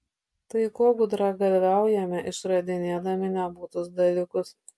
tai ko gudragalviaujame išradinėdami nebūtus dalykus